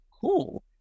cool